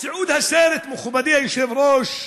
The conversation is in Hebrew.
בתיעוד הסרט, מכובדי היושב-ראש,